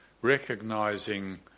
recognizing